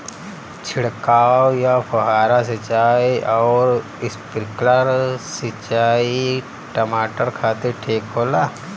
छिड़काव या फुहारा सिंचाई आउर स्प्रिंकलर सिंचाई टमाटर खातिर ठीक होला?